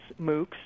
MOOCs